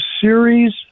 series